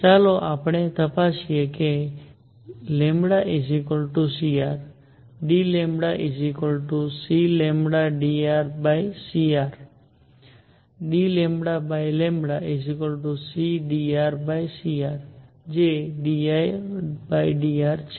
ચાલો આપણે તપાસીએ કે cr dλcλdrcr dλcdrcr જે drr છે